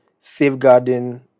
safeguarding